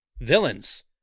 Villains